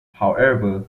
however